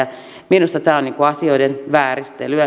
minusta tämä on asioiden vääristelyä